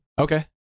Okay